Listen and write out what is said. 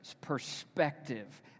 perspective